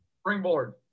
Springboard